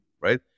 right